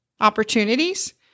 opportunities